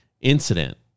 incident